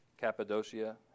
Cappadocia